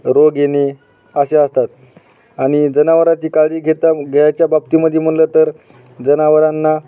रोग येणे असे असतात आणि जनावराची काळजी घेता घ्यायच्या बाबतीमध्ये म्हणलं तर जनावरांना